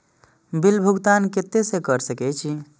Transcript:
Bill भुगतान केते से कर सके छी?